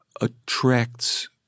attracts